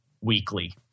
weekly